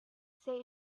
say